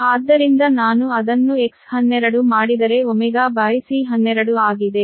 ಆದ್ದರಿಂದ ನಾನು ಅದನ್ನು X12 ಮಾಡಿದರೆ ω by C12 ಆಗಿದೆ